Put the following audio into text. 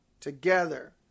Together